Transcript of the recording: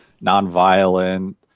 non-violent